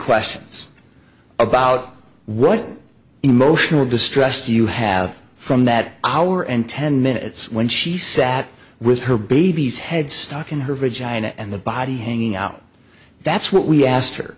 questions about what emotional distress do you have from that hour and ten minutes when she sat with her baby's head stuck in her vagina and the body hanging out that's what we asked her